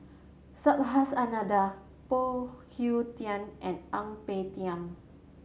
Subhas Anandan Phoon Yew Tien and Ang Peng Tiam